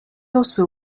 also